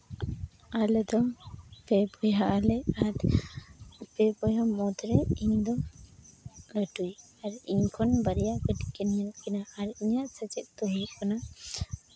ᱟᱞᱮ ᱫᱚ ᱯᱮ ᱵᱚᱭᱦᱟᱜ ᱟᱞᱮ ᱟᱨ ᱯᱮ ᱵᱚᱭᱦᱟ ᱢᱩᱫᱽᱨᱮ ᱤᱧᱫᱚ ᱞᱟᱹᱴᱩᱭᱤᱡ ᱟᱨ ᱤᱧ ᱠᱷᱚᱱ ᱵᱟᱨᱭᱟ ᱠᱟᱹᱴᱤᱡ ᱠᱤᱱ ᱢᱮᱱᱟᱜ ᱠᱤᱱᱟ ᱟᱨ ᱤᱧᱟᱹᱜ ᱥᱮᱪᱮᱫ ᱫᱚ ᱦᱩᱭᱩᱜ ᱠᱟᱱᱟ